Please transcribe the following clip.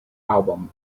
album